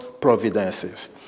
providences